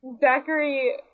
Zachary